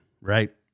right